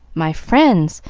my friends,